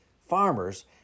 farmers